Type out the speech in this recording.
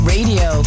Radio